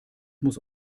muss